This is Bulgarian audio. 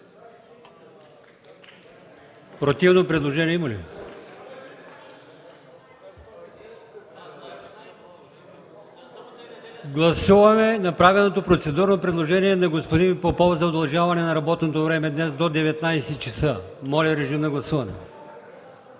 противно предложение? Не. Гласуваме направеното процедурно предложение на господин Попов за удължаване на работното време днес до 19,00 ч. Моля, режим на гласуване.